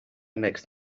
next